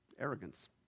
arrogance